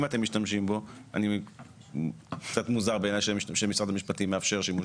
אם אתם משתמשים בו קצת מוזר בעיניי שמשרד המשפט מאפשר שימוש